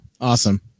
Awesome